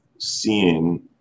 seeing